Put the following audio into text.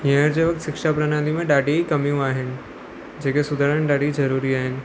हीअंर जी शिक्षा प्रणाली में ॾाढी कमियूं आहिनि जेके सुधरण ॾाढी ज़रूरी आहिनि